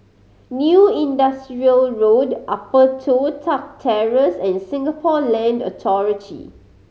New Industrial Road Upper Toh Tuck Terrace and Singapore Land Authority